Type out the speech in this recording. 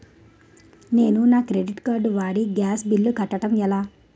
నేను నా credit card వాడి గ్యాస్ బిల్లు కట్టడం ఎలా?